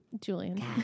Julian